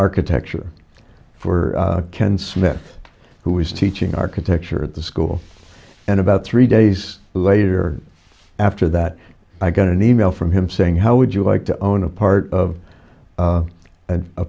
architecture for ken smith who was teaching architecture at the school and about three days later after that i got an e mail from him saying how would you like to own a part of